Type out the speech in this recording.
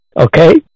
okay